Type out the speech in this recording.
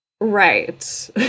Right